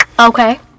Okay